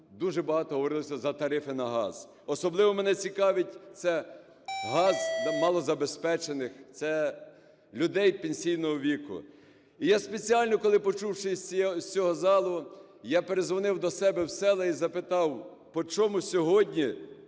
дуже багато говорилося за тарифи на газ. Особливо мене цікавить це газ малозабезпечених, це людей пенсійного віку. І я спеціально, коли почувши з цього залу, я передзвонив до себе в села і запитав, по чому сьогодні